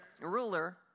ruler